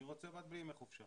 הוא רוצה רק בלי ימי חופשה.